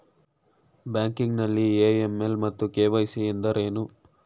Banking ನಲ್ಲಿ AML ಮತ್ತು KYC ಎಂದರೇನು?